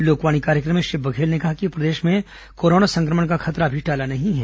लोकवाणी कार्यक्रम में श्री बघेल ने कहा कि प्रदेश में कोरोना संक्रमण का खतरा अभी टला नहीं है